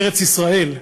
ארץ-ישראל,